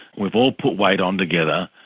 we've all put weight on together,